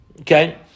okay